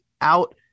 out